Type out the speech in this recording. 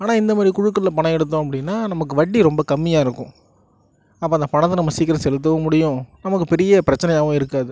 ஆனால் இந்த மாதிரி குழுக்கள்ல பணம் எடுத்தோம் அப்படின்னா நமக்கு வட்டி ரொம்ப கம்மியாக இருக்கும் அப்போ அந்த பணத்தை நம்ம சீக்கிரம் செலுத்தவும் முடியும் நமக்கு பெரிய பிரச்சனையாகவும் இருக்காது